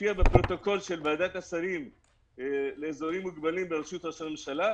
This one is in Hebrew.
שמופיע בפרוטוקול של ועדת השרים לאזורים מוגבלים בראשות ראש הממשלה,